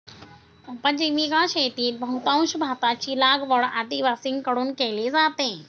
उपजीविका शेतीत बहुतांश भाताची लागवड आदिवासींकडून केली जाते